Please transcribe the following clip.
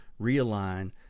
realign